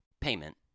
payment